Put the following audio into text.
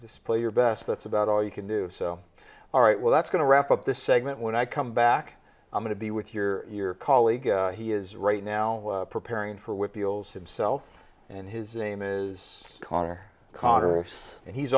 this play your best that's about all you can do all right well that's going to wrap up this segment when i come back i'm going to be with your your colleague he is right now preparing for what feels himself and his name is connor carter s and he's